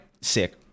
Sick